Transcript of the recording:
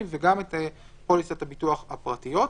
וגם את פוליסת הביטוח הפרטיות.